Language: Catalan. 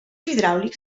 hidràulics